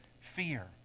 fear